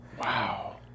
wow